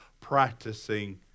practicing